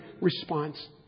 response